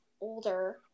older